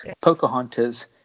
Pocahontas